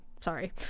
Sorry